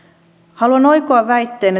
haluan oikoa väitteen